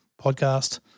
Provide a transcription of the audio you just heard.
podcast